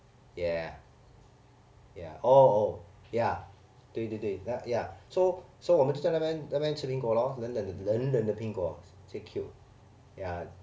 yeah ya oh oh ya 对对对 ya so so 我们就那边那边吃苹果 lor 冷冷冷冷的苹果最 cute ya